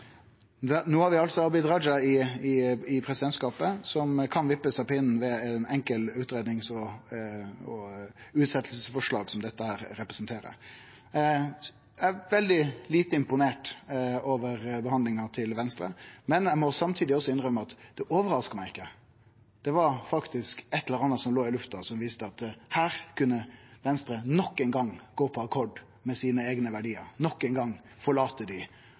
no har vi altså i presidentskapet Abid Raja, som kan vippast av pinnen ved eit enkelt utgreiings- og utsetjingsforslag, som dette representerer. Eg er veldig lite imponert over behandlinga til Venstre, men eg må samtidig innrømme at det ikkje overraskar meg, det var faktisk eit eller anna som låg i lufta, og som viste at her kunne Venstre nok ein gong gå på akkord med sine eigne verdiar – nok ein gong forlate dei.